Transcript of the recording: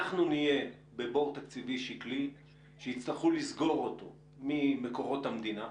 אנחנו נהיה בבור תקציבי שקלי שיצטרכו לסגור אותו ממקורות המדינה,